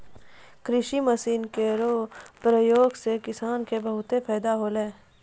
कृषि मसीन केरो प्रयोग सें किसान क बहुत फैदा होलै